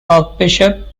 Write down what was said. archbishop